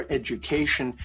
education